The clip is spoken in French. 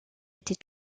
était